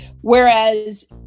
whereas